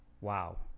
wow